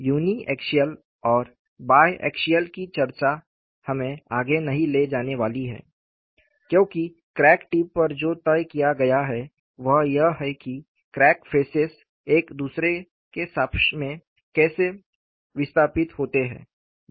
uniaxial और biaxial की चर्चा हमें आगे नहीं ले जाने वाली है क्योंकि क्रैक टिप पर जो तय किया गया है वह यह है कि क्रैक फेसेस एक दूसरे के सापेक्ष कैसे विस्थापित होते हैं